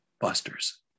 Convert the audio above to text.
busters